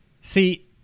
See